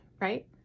right